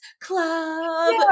club